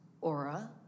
aura